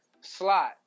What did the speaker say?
Slot